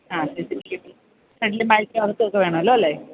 ആ C C T V ഫ്രണ്ടിലും ബേക്കിലും അകത്തുമൊക്കെ വേണമല്ലോ അല്ലെ